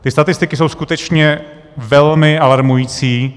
Ty statistiky jsou skutečně velmi alarmující.